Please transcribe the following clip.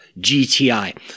GTI